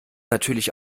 natürlich